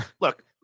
look